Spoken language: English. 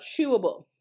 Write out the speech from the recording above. chewable